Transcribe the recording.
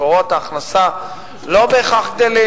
מקורות ההכנסה לא בהכרח גדלים.